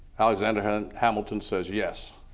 alexander hamilton says yes,